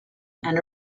and